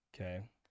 Okay